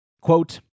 Quote